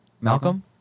Malcolm